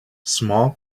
small